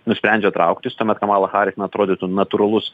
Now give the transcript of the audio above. nusprendžia trauktis tuomet kamala haris na atrodytų natūralus